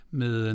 med